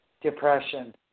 depression